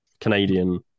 Canadian